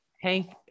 Hank